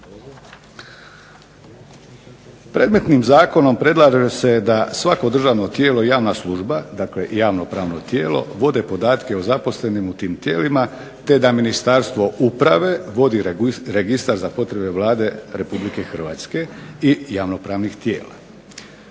Predmetnim zakonom predlaže se da svako državno tijelo i javna služba, dakle javno-pravno tijelo vode podatke o zaposlenim u tim tijelima te da Ministarstvo uprave vodi registar za potrebe Vlade RH i javno-pravnih tijela.